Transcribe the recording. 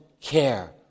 care